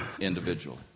individually